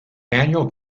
annual